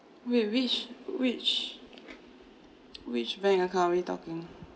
wait which which which bank account are we talking